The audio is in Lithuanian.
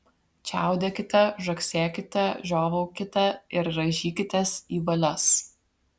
čiaudėkite žagsėkite žiovaukite ir rąžykitės į valias